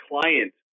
client